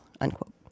unquote